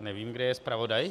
nevím, kde je zpravodaj.